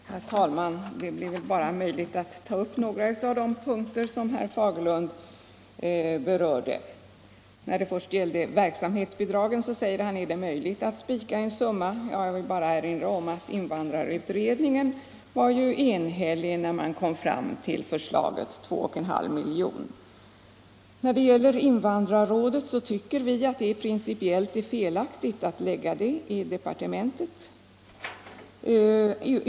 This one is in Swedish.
Herr talman! Det blir bara möjligt att ta upp några av de punkter som herr Fagerlund berörde. När det först gällde verksamhetsbidragen frågade han om det är möjligt att spika en summa. Jag vill erinra om att invandrarutredningen var enhällig när den kom fram till förslaget 2,5 miljoner. När det gäller invandrarrådet tycker vi att det är principiellt felaktigt att lägga det i departementet.